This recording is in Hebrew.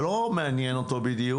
זה לא מעניין אותו בדיוק.